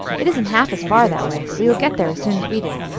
it isn't half as far that way, so you'll get there as soon as we do.